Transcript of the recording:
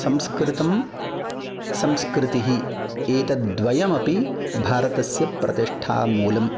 संस्कृतं संस्कृतिः एतत् द्वयमपि भारतस्य प्रतिष्ठामूलम्